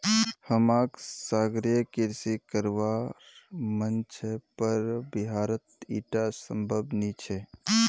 हमाक सागरीय कृषि करवार मन छ पर बिहारत ईटा संभव नी छ